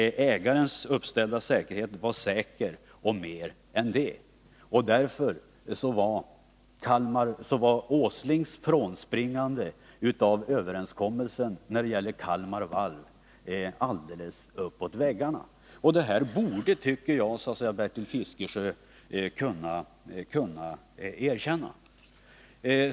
Ägarens säkerhet var fullgod och mer än det. Nils Åslings frånspringande av överenskommelsen beträffande Kalmar Varv var alldeles uppåt väggarna. Det tycker jag att Bertil Fiskesjö bör kunna erkänna.